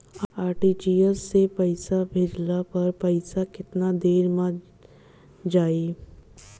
RTGS से पईसा भेजला पर पईसा केतना देर म जाई?